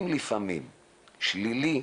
שלילי,